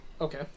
Okay